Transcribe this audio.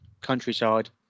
countryside